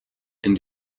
and